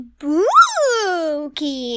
Spooky